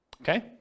Okay